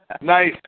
Nice